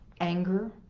anger